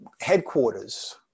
headquarters